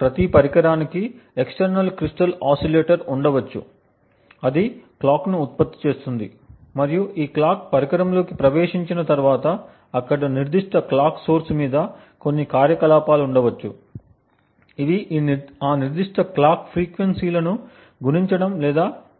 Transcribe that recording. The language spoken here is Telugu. ప్రతి పరికరానికి ఎక్స్టెర్నల్ క్రిస్టల్ ఓసిలేటర్ ఉండవచ్చు అది క్లాక్ ని ఉత్పత్తి చేస్తుంది మరియు ఈ క్లాక్ పరికరంలోకి ప్రవేశించిన తర్వాత అక్కడ నిర్దిష్ట క్లాక్ సోర్స్ మీద కొన్ని కార్యకలాపాలు ఉండవచ్చు ఇవి ఆ నిర్దిష్ట క్లాక్ ఫ్రీక్వెన్సీలను గుణించడం లేదా భాగించటం